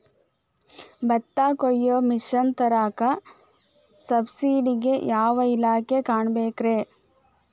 ಭತ್ತ ಕೊಯ್ಯ ಮಿಷನ್ ತರಾಕ ಸಬ್ಸಿಡಿಗೆ ಯಾವ ಇಲಾಖೆ ಕಾಣಬೇಕ್ರೇ?